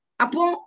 Apo